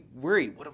worried